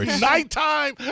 Nighttime